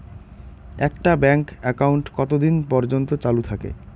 একটা bank account কতদিন পর্যন্ত চালু থাকে?